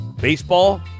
Baseball